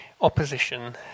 opposition